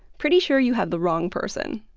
pretty sure you have the wrong person.